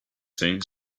things